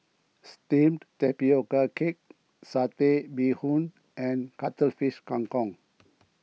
Steamed Tapioca Cake Satay Bee Hoon and Cuttlefish Kang Kong